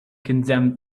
condemned